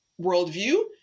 worldview